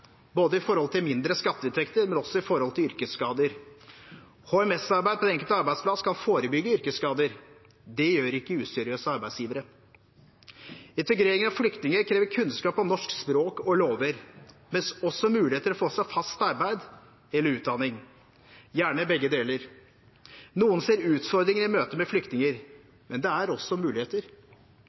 både med hensyn til mindre skatteinntekter og med hensyn til yrkesskader. HMS-arbeid på den enkelte arbeidsplass kan forebygge yrkesskader. Det gjør ikke useriøse arbeidsgivere. Integrering av flyktninger krever kunnskap om norsk språk og norske lover, men også mulighet for å få seg fast arbeid eller utdanning – gjerne begge deler. Noen ser utfordringer i møte med flyktninger, men det er også muligheter.